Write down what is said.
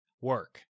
work